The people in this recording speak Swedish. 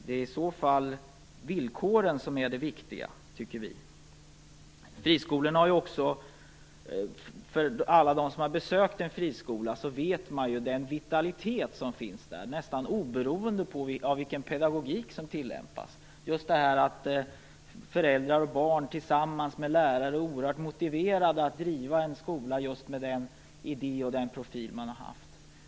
Det är villkoren som är det viktiga, tycker vi. Alla som har besökt en friskola har märkt den vitalitet som finns där, nästan oberoende av vilken pedagogik som tillämpas. Föräldrar och barn är tillsammans med lärarna oerhört motiverade att driva en skola med just den idé och den profil man har.